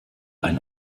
ein